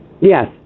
Yes